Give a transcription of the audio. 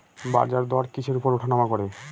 বাজারদর কিসের উপর উঠানামা করে?